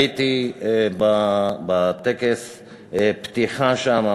הייתי בטקס הפתיחה שם.